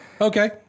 Okay